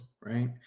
right